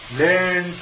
learn